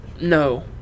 No